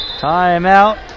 Timeout